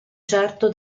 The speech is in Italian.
certo